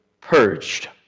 purged